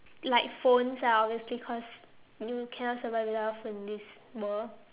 like phones ah obviously cause you cannot survive without a phone in this world